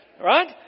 Right